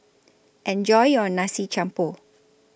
Enjoy your Nasi Campur